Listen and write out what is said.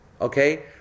Okay